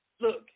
look